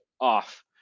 off